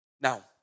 Now